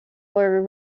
were